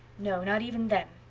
no, not even then.